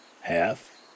Half